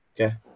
Okay